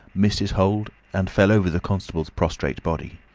missed his hold, and fell over the constable's prostrate body.